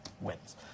wins